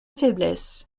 faiblesse